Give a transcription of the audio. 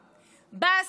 בא השר קיש